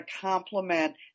complement